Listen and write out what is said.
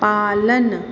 पालन